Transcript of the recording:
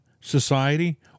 society